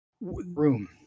Room